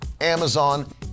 Amazon